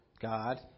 God